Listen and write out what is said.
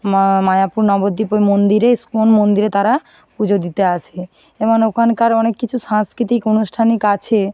মায়াপুর নবদ্বীপে মন্দিরে ইসকন মন্দিরে তারা পুজো দিতে আসে এমন ওখানকার অনেক কিছু সাংস্কৃতিক অনুষ্ঠানিক আছে